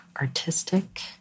artistic